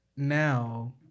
Now